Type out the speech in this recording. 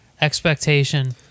expectation